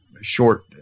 short